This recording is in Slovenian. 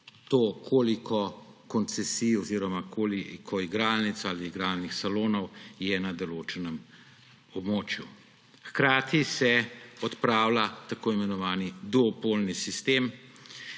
to, koliko koncesij oziroma koliko igralnic ali igralnih salonov je na določenem območju. Hkrati se odpravlja tako imenovani duopolni sistem,